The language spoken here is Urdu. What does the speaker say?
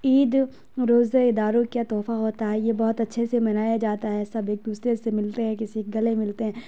عید روزے داروں کا تحفہ ہوتا ہے یہ بہت اچھے سے منایا جاتا ہے سب ایک دوسرے سے ملتے ہیں کسی کے گلے ملتے ہیں